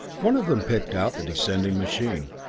one of them picked out the descending machine,